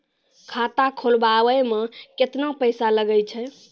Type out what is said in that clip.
खाता खोलबाबय मे केतना पैसा लगे छै?